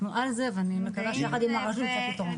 ואני מקווה שיחד עם הרשות נמצא פתרון.